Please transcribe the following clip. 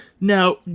now